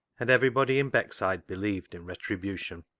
and everybody in beckside believed in retribution.